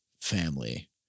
family